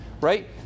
Right